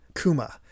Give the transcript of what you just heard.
Kuma